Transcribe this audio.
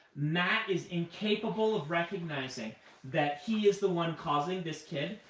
mat is incapable of recognizing that he is the one causing this kid,